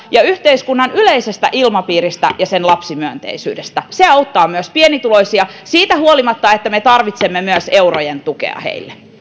ja yhteiskunnan yleisestä ilmapiiristä ja sen lapsimyönteisyydestä se auttaa myös pienituloisia siitä huolimatta että me tarvitsemme myös eurojen tukea heille